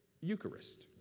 Eucharist